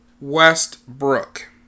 Westbrook